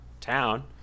town